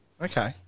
Okay